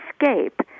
escape